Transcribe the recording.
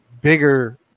bigger